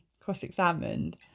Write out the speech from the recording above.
cross-examined